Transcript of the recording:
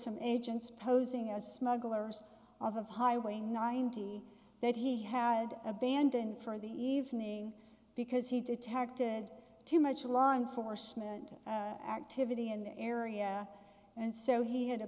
some agents posing as smugglers of of highway ninety that he had abandoned for the evening because he detected too much of law enforcement activity in the area and so he had